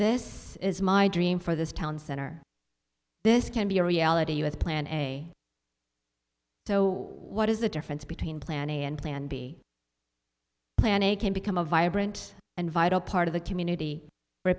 this is my dream for this town center this can be a reality with plan a so what is the difference between plan a and plan b plan a can become a vibrant and vital part of the community where